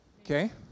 Okay